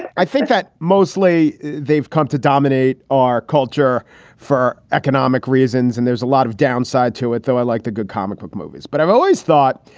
i think that mostly they've come to dominate our culture for economic reasons and there's a lot of downside to it. so i like the good comic book movies, but i've always thought,